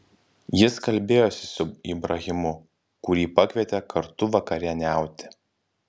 jis kalbėjosi su ibrahimu kurį pakvietė kartu vakarieniauti